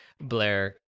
Blair